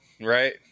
right